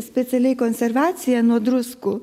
specialiai konservacija nuo druskų